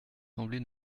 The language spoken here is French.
semblez